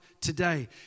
today